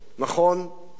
נכון,